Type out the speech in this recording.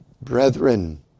brethren